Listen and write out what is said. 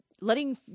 letting